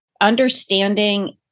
understanding